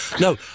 No